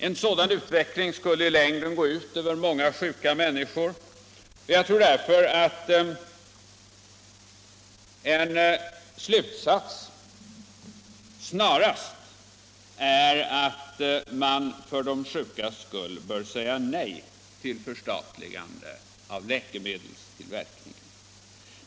En sådan utveckling skulle i längden gå ut över många sjuka människor, och för mig blir slutsatsen snarast att man för de sjukas skull bör säga nej till ett förstatligande av läkemedelstillverkningen.